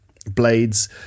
blades